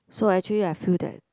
so actually I feel that